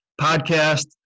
podcast